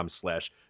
slash